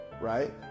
right